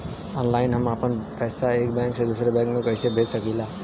Online हम आपन पैसा एक बैंक से दूसरे बैंक में कईसे भेज सकीला?